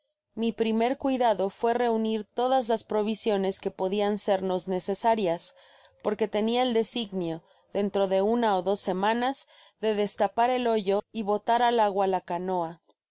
mi primer cuidado fue reunir todas las provisiones que podian sernos necesarias porque tenia el designio dentro de una o dos semanas de destapar el hoyo y botar al agua la canoa